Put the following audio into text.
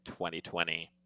2020